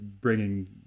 bringing